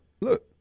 look